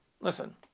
Listen